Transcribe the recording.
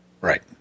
Right